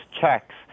checks